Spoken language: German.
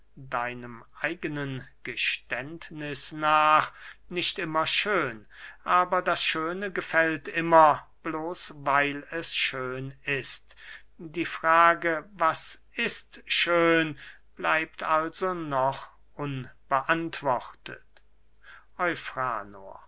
deinem eigenen geständniß nach nicht immer schön aber das schöne gefällt immer bloß weil es schön ist die frage was ist schön bleibt also noch unbeantwortet